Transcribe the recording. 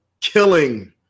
killing